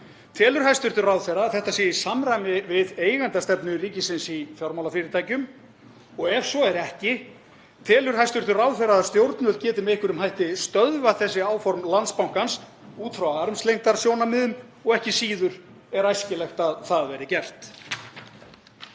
Telur hæstv. ráðherra að þetta sé í samræmi við eigendastefnu ríkisins í fjármálafyrirtækjum? Og ef svo er ekki, telur hæstv. ráðherra að stjórnvöld geti með einhverjum hætti stöðvað þessi áform Landsbankans út frá armslengdarsjónarmiðum? Og ekki síður: Er æskilegt að það verði gert?